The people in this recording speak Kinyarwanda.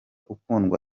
ukundwa